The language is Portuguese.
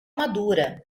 madura